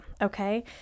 okay